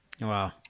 Wow